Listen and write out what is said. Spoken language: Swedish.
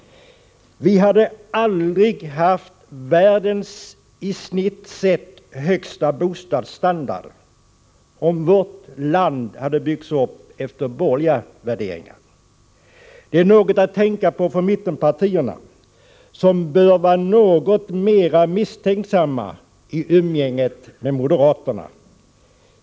Vi hade aldrig haft världens i snitt högsta bostadsstandard, om vårt land hade byggts upp efter borgerliga värderingar. Det är något att tänka på för mittenpartierna, som bör vara något mera misstänksamma i umgänget med moderaterna.